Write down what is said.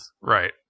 Right